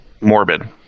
morbid